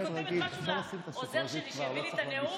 אני כותבת משהו לעוזר שלי, שיביא לי את הנאום.